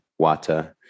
Wata